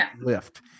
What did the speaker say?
lift